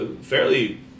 fairly